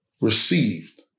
received